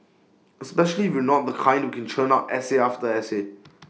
especially if you're not the kind who can churn out essay after essay